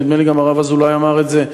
ונדמה לי שגם הרב אזולאי אמר את זה,